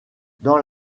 dans